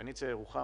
"פניציה" ירוחם,